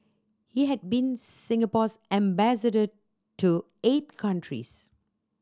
he had been Singapore's ambassador to eight countries